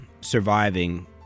surviving